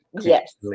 Yes